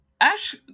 Ash